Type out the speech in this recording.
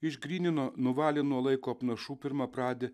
išgrynino nuvalė nuo laiko apnašų pirmapradį